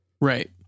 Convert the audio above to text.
Right